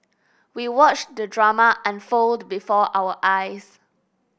we watched the drama unfold before our eyes